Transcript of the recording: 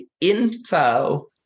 info